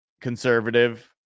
conservative